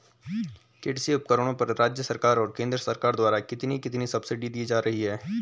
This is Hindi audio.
कृषि उपकरणों पर राज्य सरकार और केंद्र सरकार द्वारा कितनी कितनी सब्सिडी दी जा रही है?